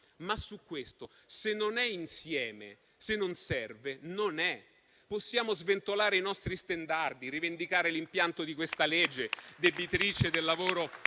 ma su questo, se non è insieme, se non serve, non è. Possiamo sventolare i nostri stendardi, rivendicare l'impianto di questa legge, debitrice del lavoro